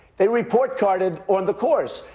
they report-carded on the course.